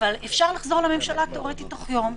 אבל אפשר לחזור לממשלה תיאורטית בתוך יום,